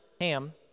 Ham